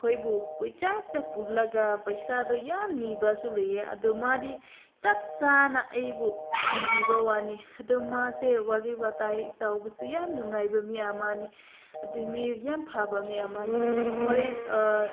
ꯑꯩꯈꯣꯏꯕꯨ ꯀꯣꯏꯆꯠ ꯆꯠ ꯄꯨꯔꯒ ꯄꯩꯁꯥꯗꯣ ꯌꯥꯝ ꯅꯤꯕꯁꯨ ꯂꯩꯌꯦ ꯑꯗꯣ ꯃꯥꯗꯤ ꯆꯞ ꯆꯥꯅ ꯑꯩꯕꯨ ꯊꯤꯟꯕꯤꯕ ꯋꯥꯅꯦ ꯑꯗꯣ ꯃꯥꯁꯦ ꯋꯥꯔꯤ ꯋꯥꯇꯥꯏ ꯇꯧꯕꯁꯨ ꯌꯥꯝ ꯅꯨꯡꯉꯥꯏꯕ ꯃꯤ ꯑꯃꯅꯤ ꯑꯗꯨ ꯃꯤ ꯌꯥꯝ ꯐꯕ ꯃꯤ ꯑꯃꯅꯤ ꯍꯣꯔꯦꯟ